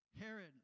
Herod